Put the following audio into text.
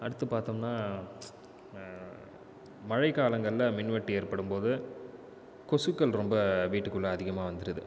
அடுத்து பார்த்தோம்னா மழைக்காலங்களில் மின்வெட்டு ஏற்படும் போது கொசுக்கள் ரொம்ப வீட்டுக்குள்ளே அதிகமாக வந்துடுது